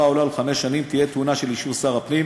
העולה על חמש שנים תהיה טעונה אישור של שר הפנים